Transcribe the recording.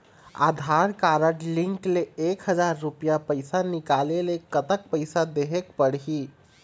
आधार card link ले एक हजार रुपया पैसा निकाले ले कतक पैसा देहेक पड़ही?